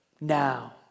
now